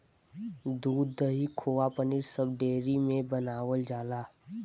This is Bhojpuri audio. दूध, दही, खोवा पनीर सब डेयरी में बनावल जाला